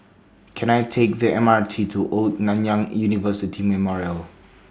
Can I Take The M R T to Old Nanyang University Memorial